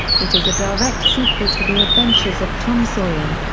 it is a direct sequel to the adventures of tom sawyer.